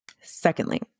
Secondly